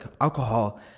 alcohol